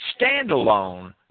standalone